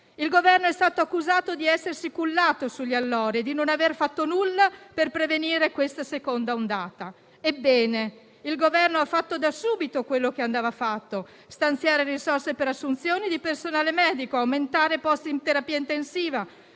Il Governo è stato accusato di essersi cullato sugli allori e di non aver fatto nulla per prevenire questa seconda ondata. In realtà il Governo ha fatto da subito quello che andava fatto: stanziare risorse per assunzioni di personale medico; aumentare posti in terapia intensiva;